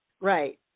Right